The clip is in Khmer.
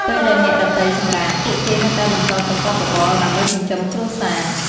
ពេលដែលអ្នកដទៃសម្រាក ពួកគេនៅតែបន្តប្រកបរបរដើម្បីចិញ្ចឹមគ្រួសារ។